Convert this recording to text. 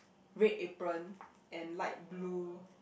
red apron and light blue